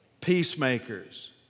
peacemakers